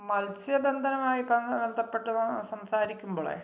മത്സ്യ ബദ്ധനമായി പറ ബന്ധപ്പെട്ട് സംസാരിക്കുമ്പോൾ